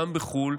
גם בחו"ל,